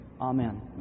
Amen